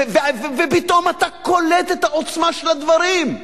ופתאום אתה קולט את העוצמה של הדברים,